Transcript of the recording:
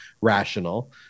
rational